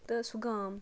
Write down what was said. تہٕ سُہ گام